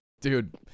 dude